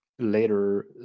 Later